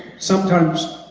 sometimes,